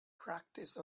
practice